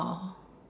oh